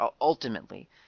ultimately